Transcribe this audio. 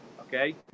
okay